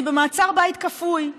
אני במעצר בית כפוי,